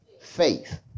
faith